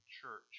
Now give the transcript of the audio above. church